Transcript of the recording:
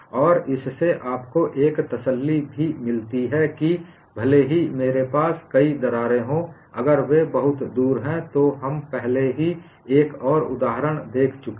और इससे आपको एक तसल्ली भी मिलती है कि भले ही मेरे पास कई दरारें हों अगर वे बहुत दूर हैं तो हम पहले ही एक और उदाहरण देख चुके हैं